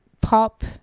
pop